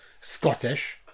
Scottish